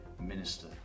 minister